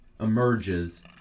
emerges